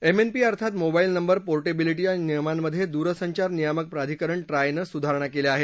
MNP अर्थात mobile number पोटॅंबिलिटीच्या नियमांमध्ये दूरसंचार नियामक प्राधिकरण ट्रायनं सुधारणा केल्या आहेत